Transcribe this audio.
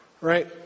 right